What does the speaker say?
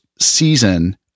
season